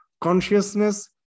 consciousness